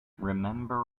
remember